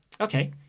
Okay